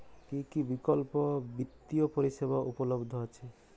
কী কী বিকল্প বিত্তীয় পরিষেবা উপলব্ধ আছে?